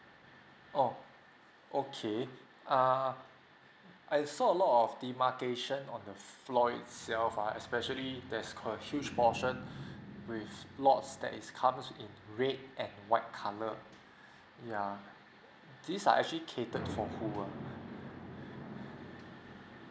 oh okay err I saw a lot of demarcation on the floor itself uh especially there's a huge portion with lots that is comes in red and white colour yeah these are actually catered for who uh